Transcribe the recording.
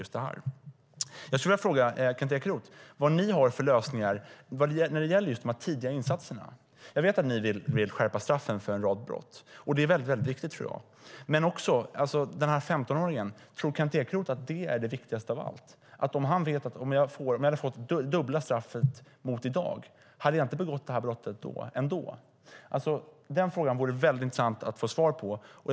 Därför skulle jag vilja fråga Kent Ekeroth vilka lösningar de har när det gäller de tidiga insatserna. Jag vet att de vill skärpa straffen för en rad brott, och det är mycket viktigt, men tror Kent Ekeroth att det för 15-åringen är det viktigaste? Om han vetat att han fått dubbla straffet mot i dag, hade han inte begått brottet ändå? Det vore intressant att få svar på den frågan.